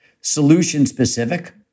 solution-specific